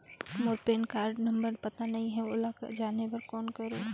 मोर PAN card number पता नहीं है, ओला जाने बर कौन करो?